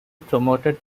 promoted